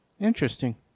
interesting